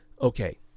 Okay